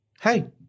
hey